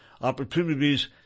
opportunities